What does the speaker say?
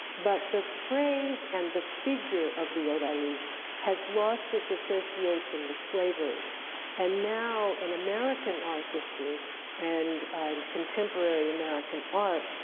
but the phrase and the figure of the odalisque has lost its association with slavery and now, in american art history and in contemporary american art,